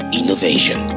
innovation